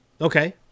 Okay